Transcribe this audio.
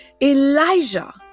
Elijah